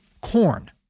corn